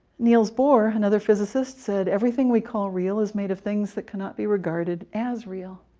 niels bohr, another physicist, said, everything we call real is made of things that cannot be regarded as real.